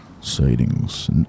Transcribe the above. Sightings